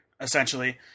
essentially